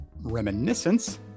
Reminiscence